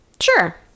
Sure